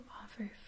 offer